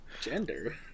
gender